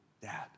dad